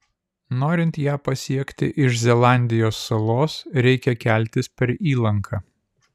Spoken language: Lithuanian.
norint ją pasiekti iš zelandijos salos reikia keltis per įlanką